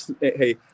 hey